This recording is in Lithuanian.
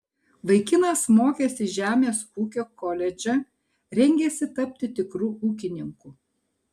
vaikinas mokėsi žemės ūkio koledže rengėsi tapti tikru ūkininku